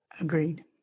agreed